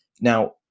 Now